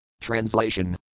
Translation